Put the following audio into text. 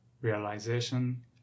realization